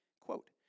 Quote